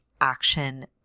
action